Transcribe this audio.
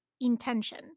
intention